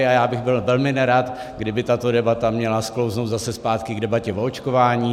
A já bych byl velmi nerad, kdyby tato debata měla sklouznout zase zpátky k debatě o očkování.